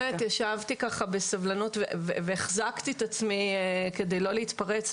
ישבתי והקשבתי בסבלנות והחזקתי את עצמי כדי לא להתפרץ,